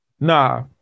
Nah